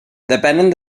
depenen